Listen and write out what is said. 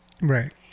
Right